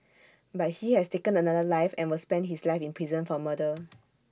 but he has taken another life and will spend his life in prison for murder